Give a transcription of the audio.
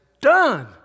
done